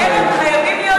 הערב חייבים להיות ציניים.